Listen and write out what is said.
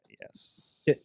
Yes